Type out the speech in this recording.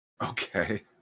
Okay